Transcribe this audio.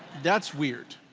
that's weird,